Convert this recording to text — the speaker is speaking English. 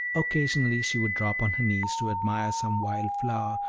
occasionally she would drop on her knees to admire some wild flower,